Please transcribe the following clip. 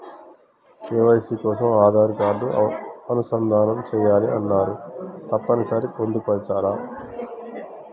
KYC కోసం Aadhaar card అనుసంధానం చేయాలని అన్నరు తప్పని సరి పొందుపరచాలా?